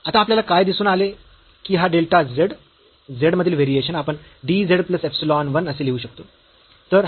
तर आता आपल्याला काय दिसून आले की हा डेल्टा z z मधील व्हेरिएशन आपण dz प्लस इप्सिलॉन 1 असे लिहू शकतो